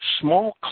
small